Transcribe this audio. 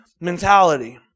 mentality